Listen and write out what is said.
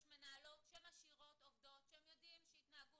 יש מנהלות שמשאירות עובדות שידוע שהם התנהגו